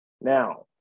Now